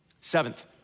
Seventh